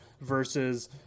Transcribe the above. versus